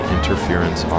Interference